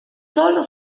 solo